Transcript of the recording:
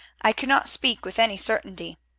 i cannot speak with any certainty.